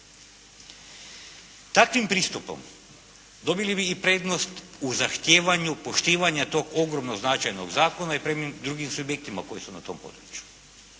Takvim pristupom dobili i prednost u zahtijevanju poštivanja tog ogromno značajnog zakona i prema drugim subjektima koji su na tom području.